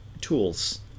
tools